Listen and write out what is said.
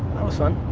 was fun.